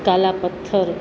કાલા પથ્થર